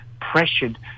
pressured